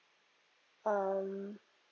um